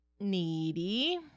Needy